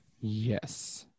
Yes